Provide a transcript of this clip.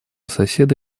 соседа